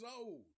old